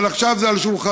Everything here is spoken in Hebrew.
אבל עכשיו זה על שולחנו,